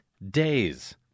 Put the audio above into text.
Days